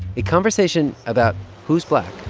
a conversation about who's black.